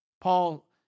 Paul